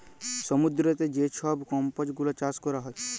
সমুদ্দুরেতে যে ছব কম্বজ গুলা চাষ ক্যরা হ্যয়